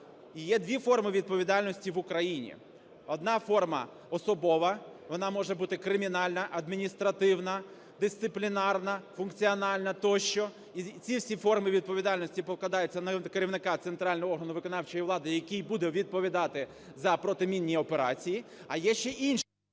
є дві форми відповідальності в Україні: одна форма – особова, вона може бути кримінальна, адміністративна, дисциплінарна, функціональна тощо, і ці всі форми відповідальності покладаються на керівника центрального органу виконавчої влади, який буде відповідати за протимінні операції,